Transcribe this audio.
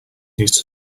needs